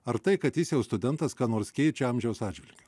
ar tai kad jis jau studentas ką nors keičia amžiaus atžvilgiu